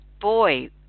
boy